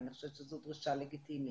אני חושבת שזו דרישה לגיטימית.